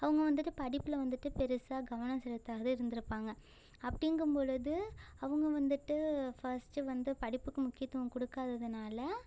அவங்க வந்துட்டு படிப்பில் வந்துட்டு பெருசாக கவனம் செலுத்தாத இருந்துருப்பாங்கள் அப்படிங்கும்பொழுது அவங்க வந்துட்டு ஃபர்ஸ்ட்டு வந்து படிப்புக்கு முக்கியத்துவம் கொடுக்காததுனால